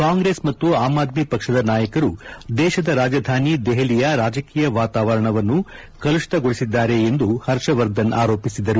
ಕಾಂಗ್ರೆಸ್ ಮತ್ತು ಆಮ್ ಆದ್ದಿ ಪಕ್ಷದ ನಾಯಕರು ದೇಶದ ರಾಜಧಾನಿ ದೆಹಲಿಯ ರಾಜಕೀಯ ವಾತಾವರಣವನ್ನು ಕಲುಷಿತಗೊಳಿಸಿವೆ ಎಂದು ಹರ್ಷವರ್ಧನ್ ಆರೋಪಿಸಿದರು